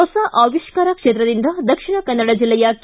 ಹೊಸ ಆವಿಷ್ಕಾರ ಕ್ಷೇತ್ರದಿಂದ ದಕ್ಷಿಣ ಕನ್ನಡ ಬಿಲ್ಲೆಯ ಕೆ